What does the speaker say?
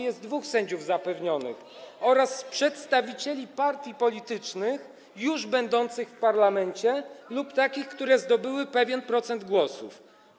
Jest dwóch sędziów zapewnionych - oraz z przedstawicieli partii politycznych już będących w parlamencie lub takich, które zdobyły pewien procent głosów.